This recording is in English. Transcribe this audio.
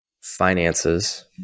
finances